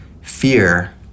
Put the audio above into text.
fear